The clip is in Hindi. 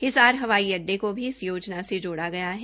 हिसार हवाई अड्डे को भी इस योजना से जोड़ा गया है